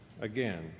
again